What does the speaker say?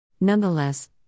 Nonetheless